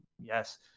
yes